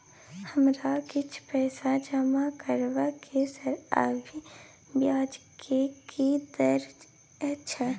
हमरा किछ पैसा जमा करबा के छै, अभी ब्याज के दर की छै?